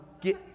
get